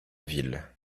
ville